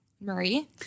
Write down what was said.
Marie